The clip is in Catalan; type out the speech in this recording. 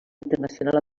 internacional